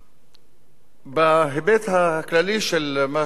בהיבט הכללי של מה שאנחנו מציעים כאן,